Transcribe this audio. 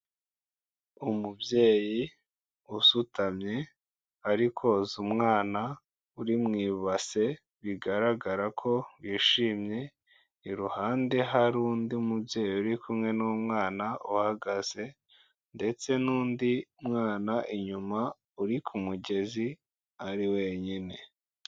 Umubyeyi usutamye, ari koza umwana uri mu ibase, bigaragara ko yishimye, iruhande hari undi mubyeyi uri kumwe n'umwana uhagaze ndetse n'undi mwana inyuma uri ku mugezi, ari wenyine.